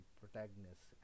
protagonist